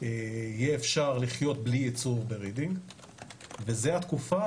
יהיה אפשר לחיות בלי ייצור ברידינג וזה התקופה